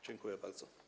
Dziękuję bardzo.